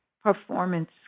performance